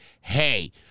hey